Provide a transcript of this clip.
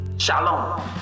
Shalom